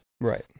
right